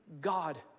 God